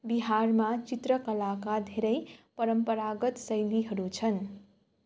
बिहारमा चित्रकलाका धेरै परम्परागत शैलीहरू छन्